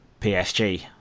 PSG